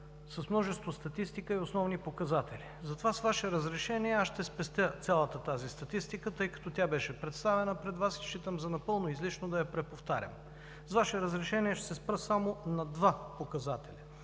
с множество статистика и основни показатели. Затова с Ваше разрешение ще спестя цялата тази статистика, тъй като тя беше представена пред Вас и считам за напълно излишно да я преповтарям. С Ваше разрешение ще се спра само на два показателя.